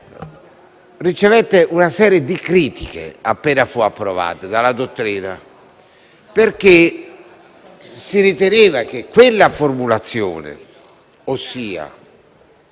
ricevette una serie di critiche appena fu approvata, perché si riteneva che quella formulazione, ossia